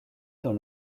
dans